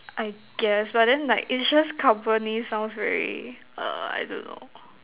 I guess but then like insurance company sounds very err I don't know